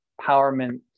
empowerment